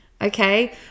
Okay